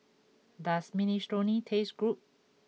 does Minestrone taste good